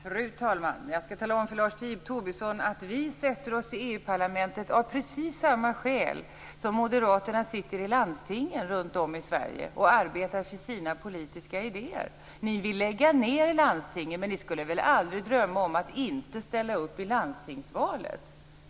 Fru talman! Jag skall tala om för Lars Tobisson att vi sätter oss i EU-parlamentet av precis samma skäl som moderaterna sitter i landstingen runtom i Sverige och arbetar för sina politiska idéer. Ni vill lägga ned landstingen, men ni skulle väl aldrig drömma om att inte ställa upp i landstingsvalen.